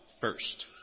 first